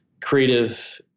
creative